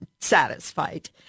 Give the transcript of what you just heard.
satisfied